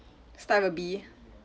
start with a B